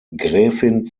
gräfin